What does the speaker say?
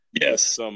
Yes